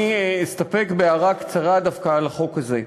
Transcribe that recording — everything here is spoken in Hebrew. אני אסתפק בהערה קצרה דווקא על החוק הזה.